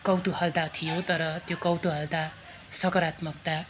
कौतुहलता थियो तर त्यो कौतुहलता सकारात्मकता